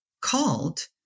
called